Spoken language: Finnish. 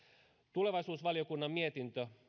tulevaisuusvaliokunnan mietintö